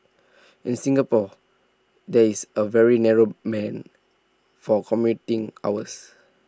in Singapore there is A very narrow man for commuting hours